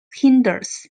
hindus